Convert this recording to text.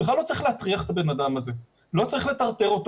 בכלל לא צריך להטריח את הבן אדם הזה.